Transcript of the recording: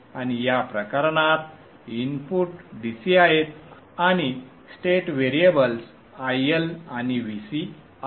आणि या प्रकरणात इनपुट DC आहेत आणि स्टेट व्हेरिएबल्स IL आणि Vc आहेत